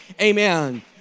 Amen